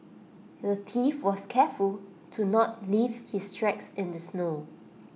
the thief was careful to not leave his tracks in the snow